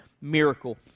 miracle